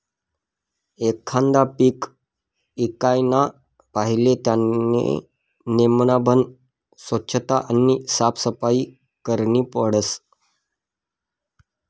एखांद पीक ईकाना पहिले त्यानी नेमबन सोच्छता आणि साफसफाई करनी पडस